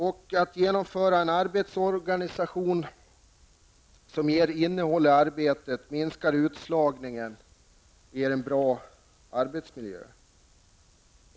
För det andra skall man genomföra en arbetsorganisation som ger innehåll i arbetet, minskar utslagningen och ger en bra arbetsmiljö.